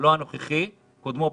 לא הנוכחי אלא קודמו בתפקיד,